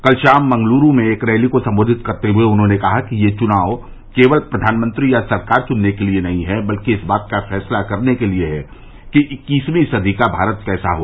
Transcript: कल शाम मंगलुरू में एक रैली को संबोधित करते हुए उन्होंने कहा कि यह चुनाव केवल प्रधानमंत्री या सरकार चुनने के लिए ही नहीं है बल्कि इस बात का फैसला करने के लिए है कि इक्कीसवीं सदी का भारत कैसा हो